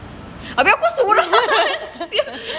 abeh aku sorang sia